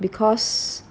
because